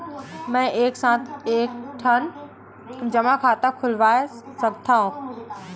मैं एक साथ के ठन जमा खाता खुलवाय सकथव?